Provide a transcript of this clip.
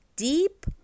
Deep